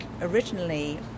originally